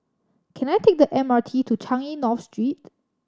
can I take the M R T to Changi North Street